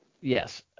Yes